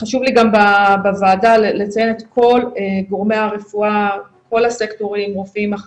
חשוב לי גם בוועדה לציין את כל גורמי הרפואה, את